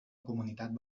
comunitat